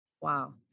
Wow